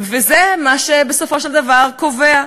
וזה מה שבסופו של דבר קובע.